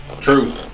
True